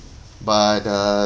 but uh